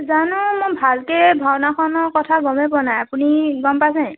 জানো মই ভালকৈ ভাওনাখনৰ কথা গমে পোৱা নাই আপুনি গম পাইছেনি